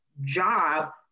job